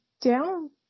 down